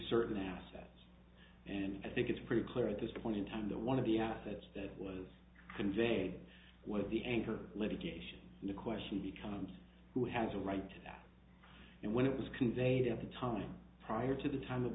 certain assets and i think it's pretty clear at this point in time the one of the assets that was conveyed what the anchor litigation and the question becomes who has a right to that and when it was conveyed at the time prior to the time